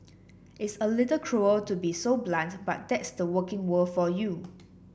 it's a little cruel to be so blunt but that's the working world for you